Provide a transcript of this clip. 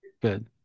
Good